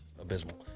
abysmal